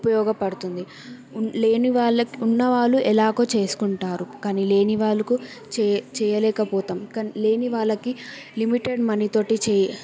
ఉపయోగపడుతుంది ఉన్ లేనివాళ్ళకి ఉన్నవాళ్ళు ఎలాగో చేసుకుంటారు కానీ లేనివాళ్ళకు చే చెయ్యలేకపోతం కానీ లేనివాళ్ళకి లిమిటెడ్ మనీ తోటి చే